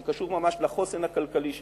שקשור ממש לחוסן הכלכלי שלנו,